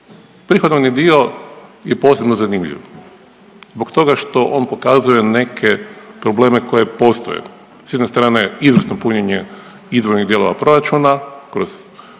Prihodovni dio je posebno zanimljiv zbog toga što on pokazuje neke probleme koje postoje, s jedne strane izvrsno punjenje izvornih dijelova proračuna kroz